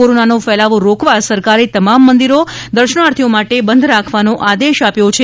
કોરોનાનો ફેલાવો રોકવા સરકારે તમામ મંદિરો દર્શનાર્થીઓ માટે બંધ રાખવાનો આદેશ આપ્યો છે